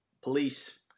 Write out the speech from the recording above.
police